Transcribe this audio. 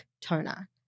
Toner